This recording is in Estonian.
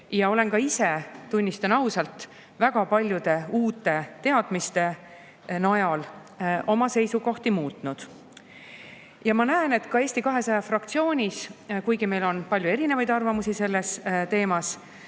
Olen ka ise, tunnistan ausalt, väga paljude uute teadmiste najal oma seisukohti muutnud. Ma näen, et ka Eesti 200 fraktsioonis, kuigi meil on palju erinevaid arvamusi sellel teemal,